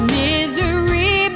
misery